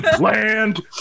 land